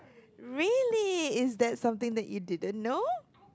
really is that something that you didn't know